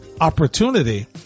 opportunity